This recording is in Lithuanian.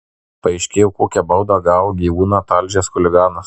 paaiškėjo kokią baudą gavo gyvūną talžęs chuliganas